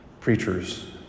preachers